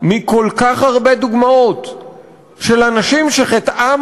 מכל כך הרבה דוגמאות של אנשים שחטאם